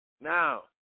Now